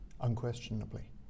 unquestionably